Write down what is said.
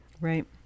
Right